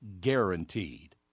guaranteed